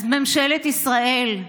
ממשלת ישראל,